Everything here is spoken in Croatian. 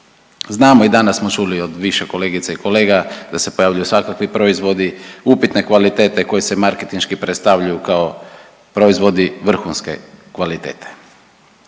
Znamo i danas smo čuli od više kolegica i kolega, da se pojavljuju svakakvi proizvodi upitne kvalitete koji se makretinški predstavljaju kao proizvodi vrhunske kvalitete.